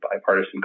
bipartisan